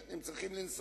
הם צריכים לנסוע